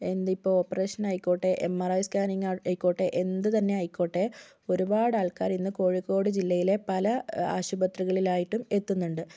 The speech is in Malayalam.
എന്ത് ഇപ്പോൾ ഓപ്പറേഷൻ ആയിക്കോട്ടേ എം ആർ ഐ സ്കാനിംഗ് ആയിക്കോട്ടെ എന്ത് തന്നെ ആയിക്കോട്ടെ ഒരുപാട് ആൾക്കാർ ഇന്ന് കോഴിക്കോട് ജില്ലയിലെ പല ആശുപത്രികളിലായിട്ടും എത്തുന്നുണ്ട്